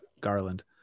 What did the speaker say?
Garland